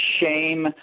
shame